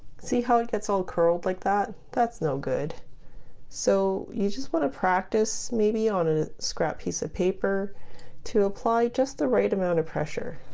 see how it gets all curled like that that's no good so you just want to practice maybe on a scrap piece of paper to apply just the right amount of pressure